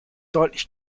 deutlich